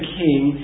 king